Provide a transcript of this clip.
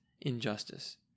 injustice